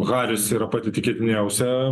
haris yra pati tikėtiniausia